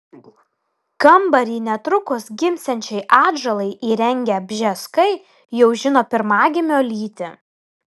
kambarį netrukus gimsiančiai atžalai įrengę bžeskai jau žino pirmagimio lytį